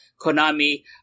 Konami